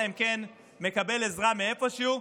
אלא אם כן הוא מקבל עזרה מאיפשהו,